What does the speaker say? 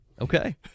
Okay